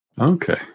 Okay